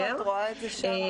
איפה את רואה את זה שם?